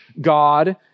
God